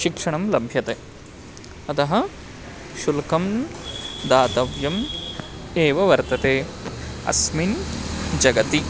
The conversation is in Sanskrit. शिक्षणं लभ्यते अतः शुल्कं दातव्यम् एव वर्तते अस्मिन् जगति